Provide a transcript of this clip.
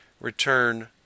return